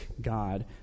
God